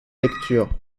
lecture